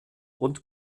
und